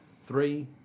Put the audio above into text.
Three